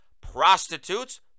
prostitutes